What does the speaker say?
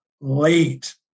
late